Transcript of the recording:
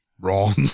Wrong